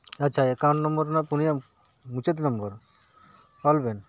ᱟᱪᱪᱷᱟ account number ᱨᱮᱱᱟᱜ ᱯᱩᱱᱭᱟ ᱢᱩᱪᱟᱹᱫ ᱱᱚᱢᱵᱚᱨ ᱚᱞᱵᱮᱱ